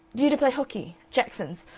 due to play hockey. jackson's.